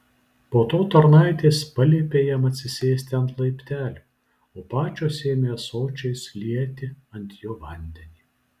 po to tarnaitės paliepė jam atsisėsti ant laiptelių o pačios ėmė ąsočiais lieti ant jo vandeni